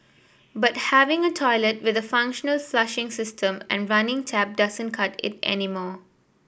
but having a toilet with a functional flushing system and running tap doesn't cut it anymore